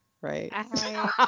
Right